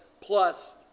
plus